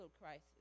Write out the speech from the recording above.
crisis